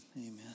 amen